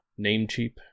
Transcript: Namecheap